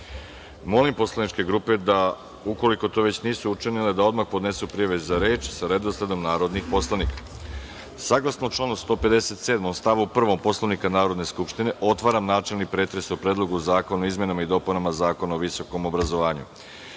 grupe. Molim poslaničke grupe da, ukoliko to već nisu učinile, odmah podnesu prijave za reč sa redosledom narodnih poslanika. Saglasno članu 157. stavu 1. Poslovnika Narodne skupštine, otvaram načelni pretres o Predlogu zakona o izmenama i dopunama Zakona o visokom obrazovanju. Da